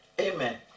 Amen